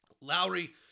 Lowry